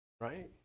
right